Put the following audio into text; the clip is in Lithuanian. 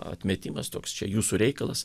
atmetimas toks čia jūsų reikalas